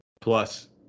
plus